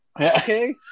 Okay